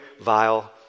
vile